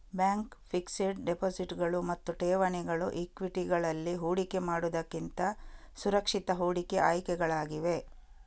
bank fixed ಡೆಪಾಸಿಟುಗಳು ಮತ್ತು ಠೇವಣಿಗಳು ಈಕ್ವಿಟಿಗಳಲ್ಲಿ ಹೂಡಿಕೆ ಮಾಡುವುದಕ್ಕಿಂತ ಸುರಕ್ಷಿತ ಹೂಡಿಕೆ ಆಯ್ಕೆಗಳಾಗಿವೆ